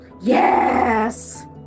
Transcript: Yes